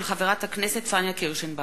הצעתה של חברת הכנסת פניה קירשנבאום.